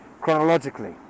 chronologically